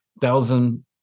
thousand